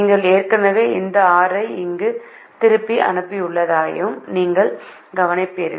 நீங்கள் ஏற்கனவே இந்த 6 ஐ இங்கு திருப்பி அனுப்பியுள்ளதையும் நீங்கள் கவனிப்பீர்கள்